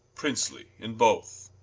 princely in both.